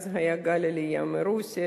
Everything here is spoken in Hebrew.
אז היה גל עלייה מרוסיה,